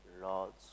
Lord's